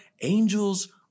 angels